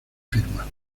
firma